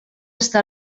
està